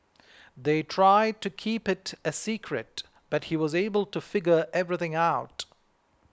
they tried to keep it a secret but he was able to figure everything out